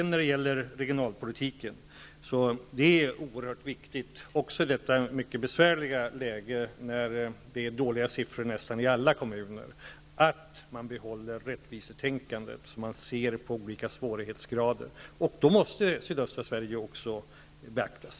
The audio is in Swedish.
När det gäller regionalpolitiken är det oerhört viktigt, också i detta mycket besvärliga läge, när det är dåliga siffror i nästan alla kommuner, att man behåller rättvisetänkandet, så att man ser olika svårighetsgrader. Då måste också sydöstra Sverige beaktas.